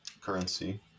currency